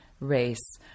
race